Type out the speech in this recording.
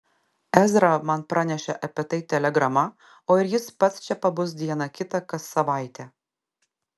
ezra man pranešė apie tai telegrama o ir jis pats čia pabus dieną kitą kas savaitę